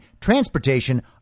transportation